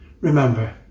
Remember